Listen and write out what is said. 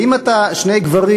ואם אתה שני גברים,